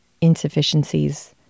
insufficiencies